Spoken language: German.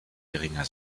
geringer